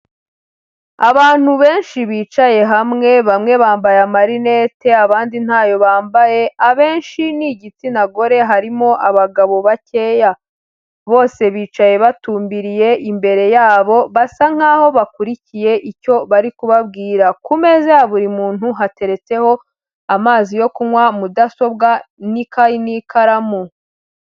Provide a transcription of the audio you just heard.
Abantu benshi bicaye hamwe, bamwe bambaye amarinete, abandi ntayo bambaye, abenshi ni igitsina gore, harimo abagabo bakeya. Bose bicaye batumbiriye imbere yabo, basa nk'aho bakurikiye icyo bari kubabwira. Ku meza ya buri muntu hateretseho amazi yo kunywa, mudasobwa n'ikayi n'ikaramu.